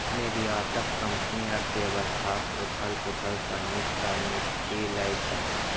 निर्यातक कंपनी अर्थव्यवस्थाक उथल पुथल सं नीक सं निपटि लै छै